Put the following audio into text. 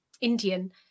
Indian